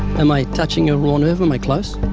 am i touching a raw nerve? am i close?